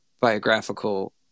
biographical